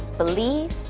believe,